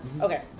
Okay